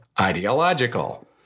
ideological